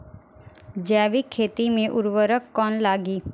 जैविक खेती मे उर्वरक कौन लागी?